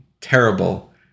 terrible